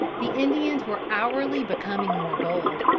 the indians were hourly becoming more bold.